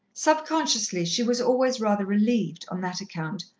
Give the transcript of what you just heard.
subconsciously she was always rather relieved, on that account,